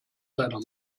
seiner